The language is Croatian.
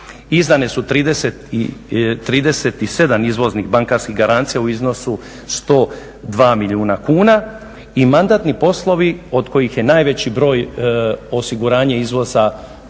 Izdane su 37 izvoznih bankarskih garancija u iznosu 102 milijuna kuna i mandatni poslovi od kojih je najveći broj osiguranje izvoza